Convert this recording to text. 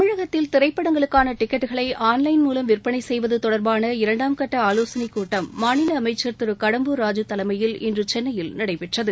தமிழகத்தில் திரைப்படங்களுக்கான டிக்கெட்களை ஆன்லைள் மூலம் விற்பனை செய்வது தொடர்பான இரண்டாம் கட்ட ஆலோசனைக் கூட்டம் மாநில அமைச்ச் திரு கடம்பூர் ராஜூ தலைமையில் இன்று சென்னையில் நடைபெற்றது